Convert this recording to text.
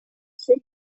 ser